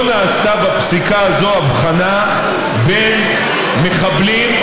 לא נעשתה בפסיקה הזו הבחנה בין מחבלים,